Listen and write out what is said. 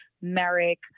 Merrick